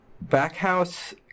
Backhouse